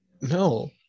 No